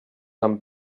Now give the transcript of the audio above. amb